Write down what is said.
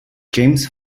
james